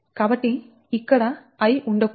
కాబట్టిఇక్కడ I ఉండకూడదు